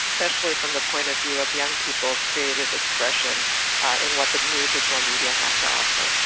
especially from the point of view of young people's creative expression and what the new digital media has to offer.